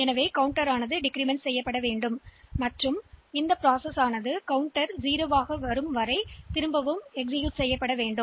எனவே இந்த சி பதிவேடுகள் குறைக்கப்படுகின்றன மேலும் இந்த சி பதிவு உள்ளடக்கம் 0 இல்லாத வரை இந்த தாவலுக்கு 0 திரும்பிச் செல்லாது